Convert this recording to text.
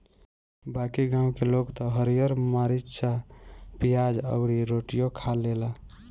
बाकी गांव के लोग त हरिहर मारीचा, पियाज अउरी रोटियो खा लेला